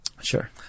Sure